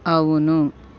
అవును